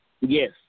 Yes